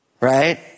Right